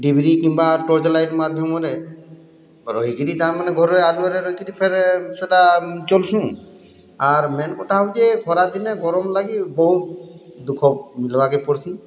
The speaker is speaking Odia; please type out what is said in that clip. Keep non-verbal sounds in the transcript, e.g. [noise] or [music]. ଡ଼ୁବ୍ଲି କିମ୍ବା [unintelligible] ଲାଇଟ୍ ମାଧ୍ୟମରେ ରହିକିରି ତାମାନେ ଘରେ ଆଲୁଅରେ ରହିକିରି ଫେରେ ସେଇଟା ଚଲଛୁଁ ଆର୍ ମେନ୍ କଥା ହଉଛେଁ ଖରାଦିନେ ଗରମ୍ ଲାଗି ବହୁତ୍ ଦୁଃଖ ଦବା କେ ପଡ଼ୁଛିଁ